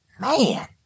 man